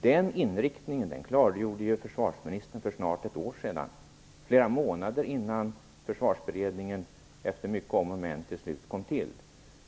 Den inriktningen klargjorde försvarsministern för snart ett år sedan - flera månader innan Försvarsberedningen efter mycket om och men till slut kom till.